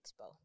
expo